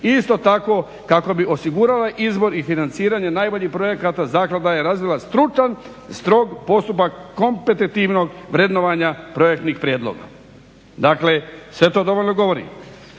isto tako kako bi osigurao izvor i financiranje najboljih projekata zaklada je razvila stručan, strog postupak kompetitivnog vrednovanja projektnih prijedloga. Dakle sve to dovoljno govori.